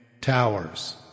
Towers